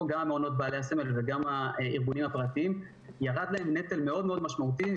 גם למעונות בעלי הסמל וגם לארגונים הפרטיים ירד נטל מאוד מאוד משמעותי,